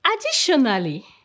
Additionally